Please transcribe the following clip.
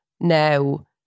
now